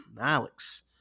alex